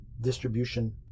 distribution